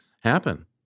happen